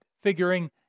figuring